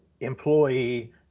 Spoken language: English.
employee